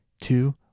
two